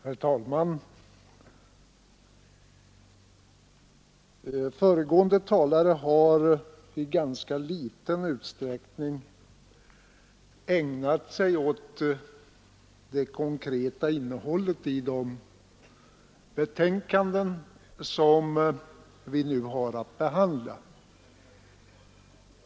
Herr talman! Föregående talare har i ganska liten utsträckning ägnat sig åt det konkreta innehållet i de betänkanden som vi nu har att behandla.